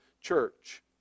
church